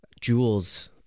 jewels